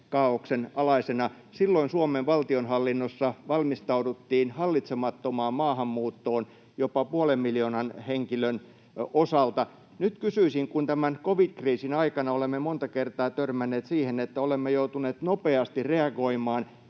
Silloin Suomen valtionhallinnossa valmistauduttiin hallitsemattomaan maahanmuuttoon jopa puolen miljoonan henkilön osalta. Nyt kysyisin, kun tämän covid-kriisin aikana olemme monta kertaa törmänneet siihen, että olemme joutuneet nopeasti reagoimaan,